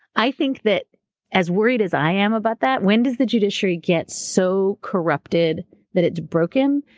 i think that as worried as i am about that, when does the judiciary get so corrupted that it's broken?